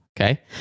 Okay